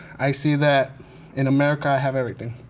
i see that in america, i have everything.